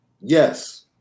Yes